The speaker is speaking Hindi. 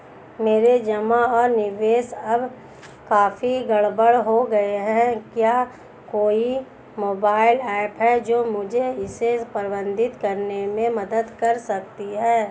मेरे जमा और निवेश अब काफी गड़बड़ हो गए हैं क्या कोई मोबाइल ऐप है जो मुझे इसे प्रबंधित करने में मदद कर सकती है?